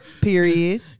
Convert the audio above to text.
Period